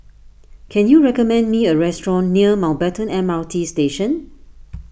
can you recommend me a restaurant near Mountbatten M R T Station